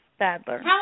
Badler